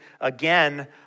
again